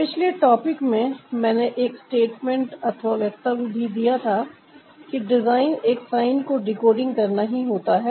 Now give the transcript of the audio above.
पिछले टॉपिक में मैंने एक स्टेटमेंट अथवा वक्तव्य भी दिया था कि एक साइन को डिकोडिंग करना ही होता है